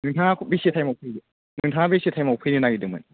नोथाङा बेसे थाइमाव फैगोन नोंथाङा बेसे थाइमाव फैनो नागिरदोंमोन